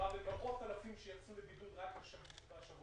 מדובר במאות אלפים שיצאו לבידוד רק בשבועות